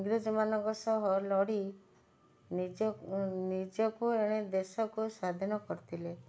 ଇଂରେଜମାନଙ୍କ ସହ ଲଢ଼ି ନିଜକୁ ଏଣେ ଦେଶକୁ ସ୍ୱାଧୀନ କରିଥିଲେ